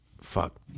Fuck